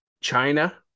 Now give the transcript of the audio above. china